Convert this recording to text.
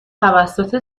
توسط